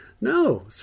No